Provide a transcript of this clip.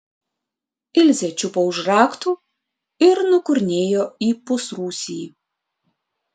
ilzė čiupo už raktų ir nukurnėjo į pusrūsį